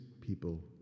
people